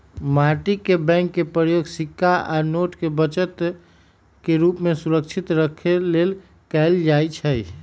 माटी के बैंक के प्रयोग सिक्का आ नोट के बचत के रूप में सुरक्षित रखे लेल कएल जाइ छइ